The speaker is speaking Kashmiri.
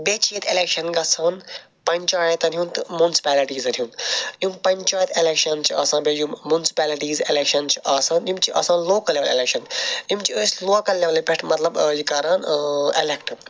بیٚیہِ چھِ ییٚتہِ ایٚلیٚکشَن گَژھان پَنچایَتَن ہُنٛد تہٕ مُنسپیلِٹیٖزَن ہُنٛد یِم پَنچایَت ایٚلیکشَن چھِ آسان بیٚیہِ یِم مُنسپیلِٹیٖز ایٚلیٚکشَن چھِ آسان یِم چھِ آسان لوکَل ایٚلیٚکشَن یِم ٲسۍ لوکَل لیٚولہِ پیٚٹھ مَطلَب یہِ کَران ایٚلیٚکٹ